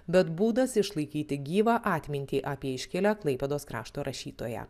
bet būdas išlaikyti gyvą atmintį apie iškilią klaipėdos krašto rašytoją